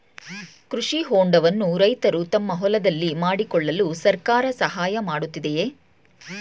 ಕೃಷಿ ಹೊಂಡವನ್ನು ರೈತರು ತಮ್ಮ ಹೊಲದಲ್ಲಿ ಮಾಡಿಕೊಳ್ಳಲು ಸರ್ಕಾರ ಸಹಾಯ ಮಾಡುತ್ತಿದೆಯೇ?